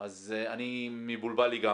אז אני מבולבל לגמרי.